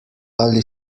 ali